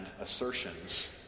assertions